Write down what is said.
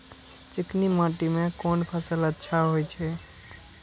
चिकनी माटी में कोन फसल अच्छा होय छे?